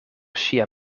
ŝia